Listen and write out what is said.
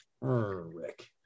rick